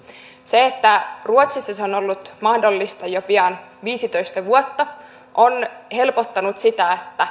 se että ruotsissa se on ollut mahdollista jo pian viisitoista vuotta on helpottanut sitä että